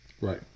Right